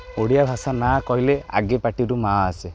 ଓଡ଼ିଆ ଭାଷା ନାଁ କହିଲେ ଆଗେ ପାଟିରୁ ମାଁ ଆସେ